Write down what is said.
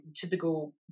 Typical